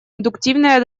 индуктивное